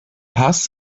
paz